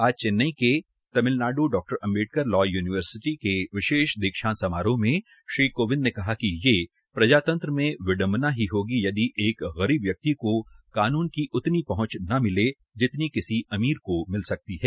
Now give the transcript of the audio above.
आज चेन्नई के तमिलनाथू डॉ अम्बेडकर लॉ युनिवर्सिटी के विशेष दीक्षांत समारोह में श्री कोविंद ने कहा कि ये प्रजातंत्र में विडंबना ही होगी यदि एक गरीब व्यक्ति को कानून की उतनी ही पहंच न मिले जितनी किसी अमीर को मिल सकती है